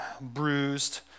bruised